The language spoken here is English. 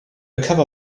cover